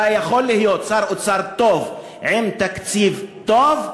אתה יכול להיות שר אוצר טוב עם תקציב טוב,